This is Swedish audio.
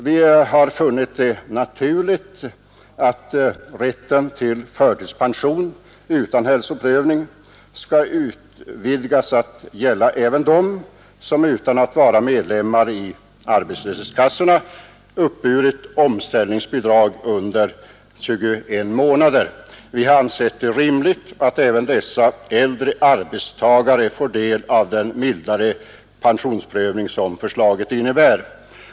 Vi har funnit det vara naturligt att rätten till förtidspension utan hälsoprövning skall utvidgas till att gälla även dem som utan att vara med i arbetslöshetskassorna har uppburit omställningsbidrag under 21 månader. Vi har ansett det vara rimligt att också dessa äldre arbetstagare får del av den mildare pensionsprövning som förslaget innebär.